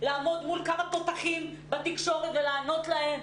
לעמוד מול כמה תותחים בתקשורת ולענות להם.